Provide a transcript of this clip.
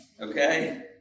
Okay